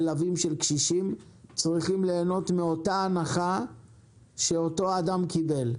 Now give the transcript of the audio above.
מלווים של קשישים צריכים ליהנות מאותה הנחה שאותו אדם קיבל.